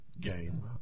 Game